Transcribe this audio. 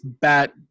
bat